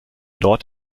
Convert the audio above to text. dort